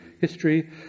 history